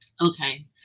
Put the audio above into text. okay